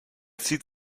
zieht